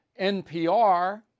NPR